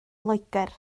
loegr